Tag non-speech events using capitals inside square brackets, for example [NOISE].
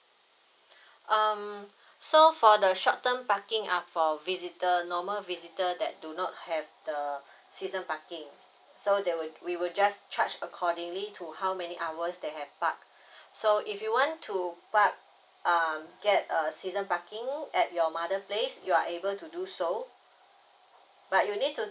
um so for the short term parking up for visitor normal visitor that do not have the season parking so they will we will just charge accordingly to how many hours they have parked [BREATH] so if you want to park uh get a season parking at your mother place you are able to do so but you need to